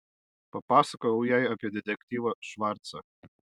papasakojau jai apie detektyvą švarcą